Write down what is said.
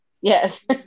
Yes